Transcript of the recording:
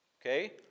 okay